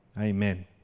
Amen